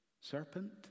serpent